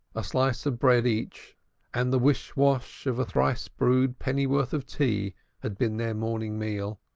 a slice of bread each and the wish-wash of a thrice-brewed pennyworth of tea had been their morning meal,